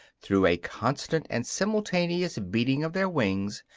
through a constant and simultaneous beating of their wings,